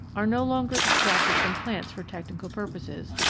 are no longer extracted from plants for technical pur poses,